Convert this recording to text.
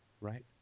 right